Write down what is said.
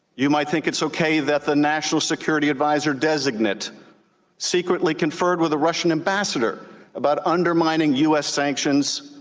you might think it's okay that the national security advisor designate secretly conferred with the russian ambassador about undermining us sanctions,